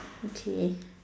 okay